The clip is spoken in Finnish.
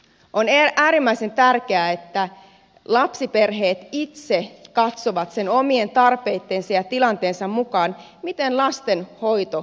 on äärimmäisen tärkeää että lapsiperheet itse katsovat omien tarpeittensa ja tilanteensa mukaan miten lastenhoito järjestetään